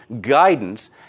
guidance